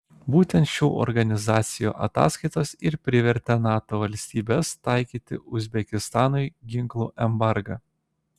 būtent šių organizacijų ataskaitos ir privertė nato valstybes taikyti uzbekistanui ginklų embargą